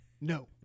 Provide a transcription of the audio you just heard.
no